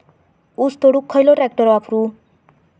ऊस तोडुक खयलो ट्रॅक्टर वापरू?